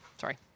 Sorry